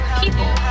people